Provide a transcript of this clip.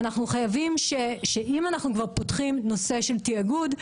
ואם אנחנו כבר פותחים נושא של תיאגוד,